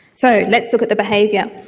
so let's look at the behaviour.